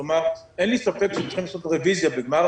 כלומר אין לי ספק שצריך לעשות רביזיה בגמר